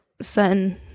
certain